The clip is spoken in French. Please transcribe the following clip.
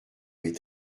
avait